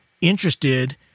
interested